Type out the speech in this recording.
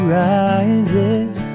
rises